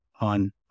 on